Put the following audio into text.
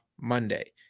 Monday